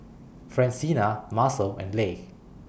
Francina Marcel and Leigh